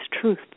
truth